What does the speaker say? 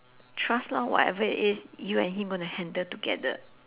trust lor whatever it is you and him gonna handle together